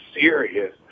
serious